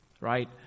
right